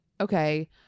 okay